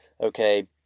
Okay